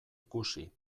ikusi